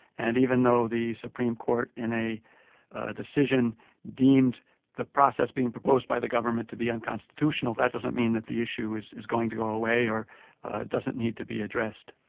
and even though the supreme court in a decision deemed the process being proposed by the government to be unconstitutional, that doesn't mean that the issue is is going to go away or doesn't need to be addressed.